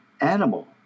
animal